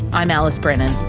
i'm alice brennan.